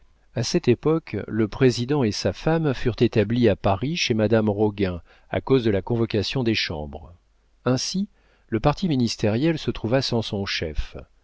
a cette époque le président et sa femme furent établis à paris chez madame roguin à cause de la convocation des chambres ainsi le parti ministériel se trouva sans son chef